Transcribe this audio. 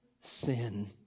sin